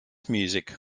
music